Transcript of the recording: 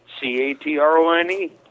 C-A-T-R-O-N-E